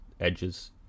edges